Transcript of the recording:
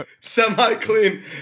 Semi-clean